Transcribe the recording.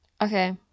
okay